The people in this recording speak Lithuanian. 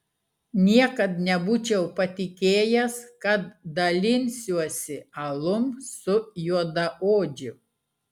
niekad nebūčiau patikėjęs kad dalinsiuosi alum su juodaodžiu